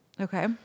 Okay